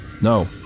No